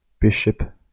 bishop